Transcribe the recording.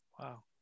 Wow